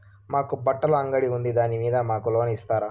మాకు బట్టలు అంగడి ఉంది దాని మీద మాకు లోను ఇస్తారా